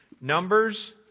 Numbers